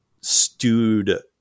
stewed